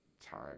time